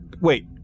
Wait